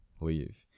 leave